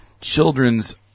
children's